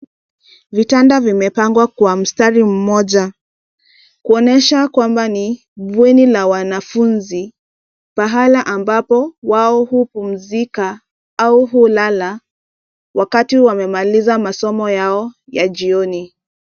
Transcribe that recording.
Vitanda vimepangwa kwa mstari mmoja kuonyesha kwamba ni bweni la wanafunzi, pahala ambapo wao hupumzika au hulala wakati wamemaliza masomo yao ya jioni.